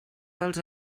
dels